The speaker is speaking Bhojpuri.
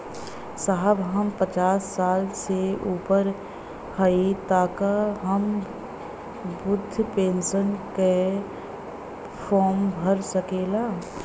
साहब हम पचास साल से ऊपर हई ताका हम बृध पेंसन का फोरम भर सकेला?